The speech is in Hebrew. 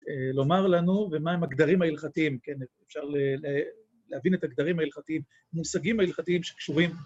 לומר לנו ומהם הגדרים ההלכתיים, כן, אפשר להבין את הגדרים ההלכתיים, מושגים ההלכתיים שקשורים...